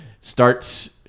starts